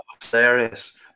Serious